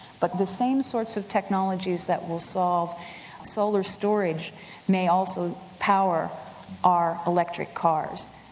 but the same sorts of technologies that will solve solar storage may also power our electric cars.